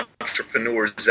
entrepreneurs